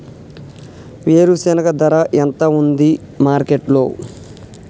వేరుశెనగ ధర ఎంత ఉంది మార్కెట్ లో?